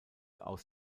aus